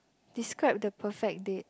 describe the perfect date